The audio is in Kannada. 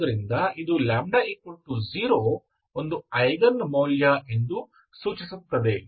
ಆದ್ದರಿಂದ ಇದು λ 0 ಒಂದು ಐಗನ್ ಮೌಲ್ಯ ಎಂದು ಸೂಚಿಸುತ್ತದೆ